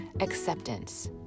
acceptance